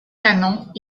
canons